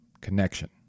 connection